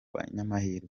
banyamahirwe